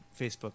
facebook